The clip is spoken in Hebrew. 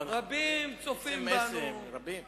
מביאים הצעת חוק בנושא ההסדרה של מינוי דירקטורים בחברות ממשלתיות.